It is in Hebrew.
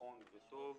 נכון וטוב.